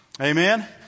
Amen